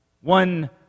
One